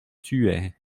thueyts